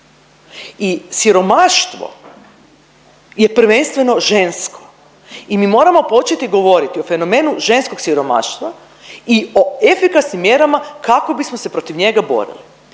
I siromaštvo je prvenstveno žensko i mi moramo početi govoriti o fenomenu ženskog siromaštva i o efikasnim mjerama kako bismo se protiv njega borili.